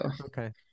Okay